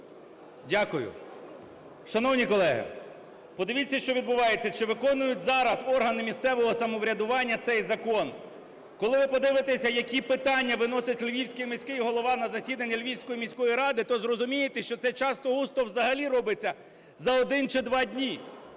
Дякую. Шановні колеги, подивіться, що відбувається, чи виконують зараз органи місцевого самоврядування цей закон. Коли ви подивитесь, які питання виносить Львівський міський голова на засідання Львівської міської ради, то зрозумієте, що це часто-густо взагалі робиться за 1 чи 2 дня.